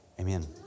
Amen